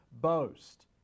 boast